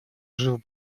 жив